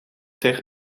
tegen